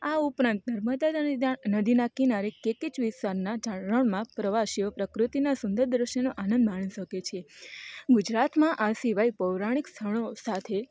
આ ઉપરાંત ધર્માદા દાણ નદીના કિનારે કેકિચ વિસ્તારના રણમાં પ્રવાસીઓ પ્રકૃતિઓ સુંદર દૃશ્યના આનંદ માણી શકે છે ગુજરાતમાં આ સિવાયે પૌરાણિક સ્થળો સાથે